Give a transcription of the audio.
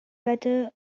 better